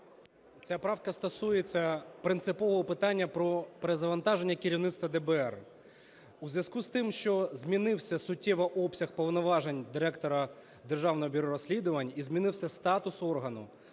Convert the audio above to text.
Ця правка стосується принципового питання про перезавантаження керівництва ДБР. У зв'язку з тим, що змінився суттєво обсяг повноважень Директора Державного бюро розслідувань і змінився статус органу,